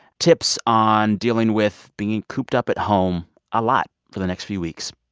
tips on dealing with being cooped up at home a lot for the next few weeks